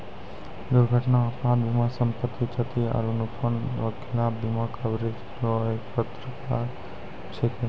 दुर्घटना आपात बीमा सम्पति, क्षति आरो नुकसान रो खिलाफ बीमा कवरेज रो एक परकार छैकै